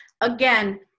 Again